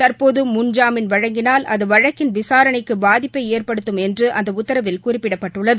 தற்போது முன் ஜாமீன் வழக்கினால் அது வழக்கின் விசாரணைக்கு பாதிப்பை ஏற்படுத்தும் என்று அந்த உத்தரவில் குறிப்பிடப்பட்டுள்ளது